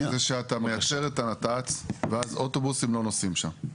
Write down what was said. זה שאתה מיישר את הנת"צ ואז אוטובוסים לא נוסעים שם.